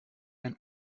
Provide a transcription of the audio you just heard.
einen